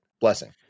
blessing